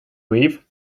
leave